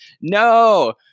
No